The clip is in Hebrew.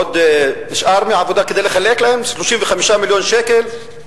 עוד נשאר מהעבודה כדי לחלק להם 35 מיליון שקל.